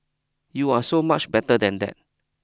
you are so much better than that